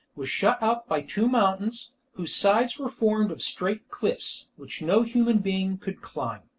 was shut up by two mountains, whose sides were formed of straight cliffs, which no human being could climb.